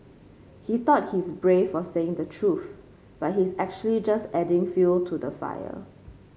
he thought he's brave for saying the truth but he's actually just adding fuel to the fire